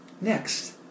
Next